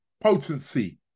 potency